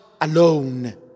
alone